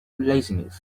laziness